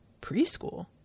Preschool